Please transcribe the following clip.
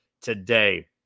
today